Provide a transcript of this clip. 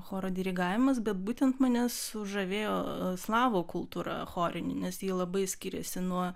choro dirigavimas bet būtent mane sužavėjo slavų kultūra chorinė nes ji labai skiriasi nuo